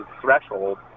threshold